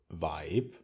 vibe